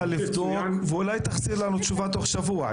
לבדוק ואולי תחזיר לנו תשובה תוך שבוע,